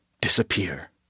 disappear